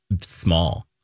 small